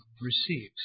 receives